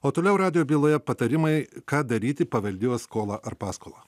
o toliau radijo byloje patarimai ką daryti paveldėjo skolą ar paskolą